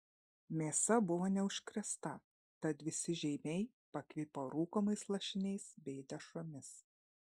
mėsa buvo neužkrėsta tad visi žeimiai pakvipo rūkomais lašiniais bei dešromis